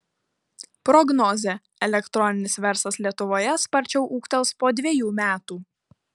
prognozė elektroninis verslas lietuvoje sparčiau ūgtels po dvejų metų